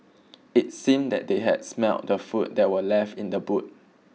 it seemed that they had smelt the food that were left in the boot